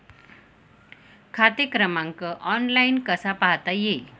खाते क्रमांक ऑनलाइन कसा पाहता येईल?